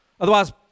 otherwise